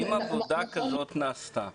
האם עבודה כזאת נעשתה?